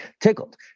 tickled